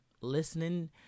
listening